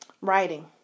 writing